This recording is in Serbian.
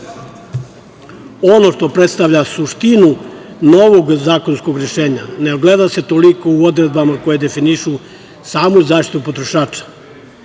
što predstavlja suštinu novog zakonskog rešenja ne ogleda se toliko u odredbama koje definišu samu zaštitu potrošača.